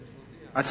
בסדר-היום,